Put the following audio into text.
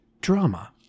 drama